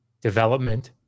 development